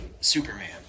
Superman